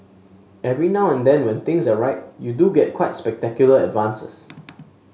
every now and then when things are right you do get quite spectacular advances